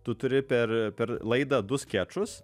tu turi per per laidą du skečus